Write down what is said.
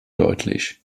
deutlich